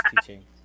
teaching